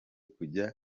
kujya